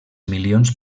milions